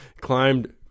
climbed